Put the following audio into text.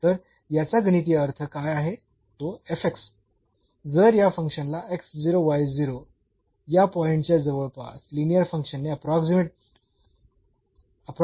तर याचा गणितीय अर्थ काय आहे तो जर या फंक्शन ला या पॉइंटच्या जवळपास लिनीअर फंक्शनने अप्रोक्सीमेट शकलो